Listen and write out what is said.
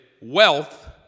wealth